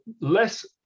less